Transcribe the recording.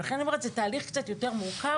לכן אני אומרת: זהו תהליך קצת יותר מורכב.